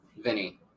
Vinny